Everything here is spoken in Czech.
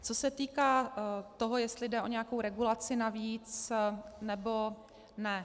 Co se týká toho, jestli jde o nějakou regulaci navíc, nebo ne.